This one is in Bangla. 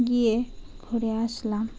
গিয়ে ঘুরে আসলাম